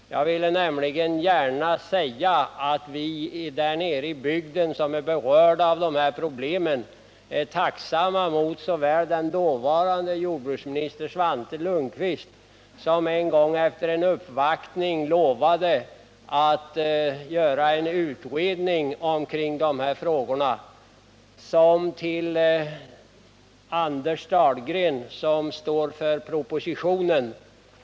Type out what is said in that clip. Jag vill nämligen gärna säga att vi i den bygd som berörs av problemen är tacksamma mot den dåvarande jordbruksministern Svante Lundkvist, som en gång efter en uppvaktning lovade att göra en utredning om de här frågorna, och mot Anders Dahlgren som står för propositionen.